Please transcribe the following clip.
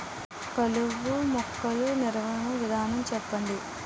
కలుపు మొక్కలు నివారణ విధానాన్ని చెప్పండి?